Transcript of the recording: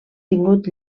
tingut